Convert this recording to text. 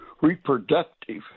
reproductive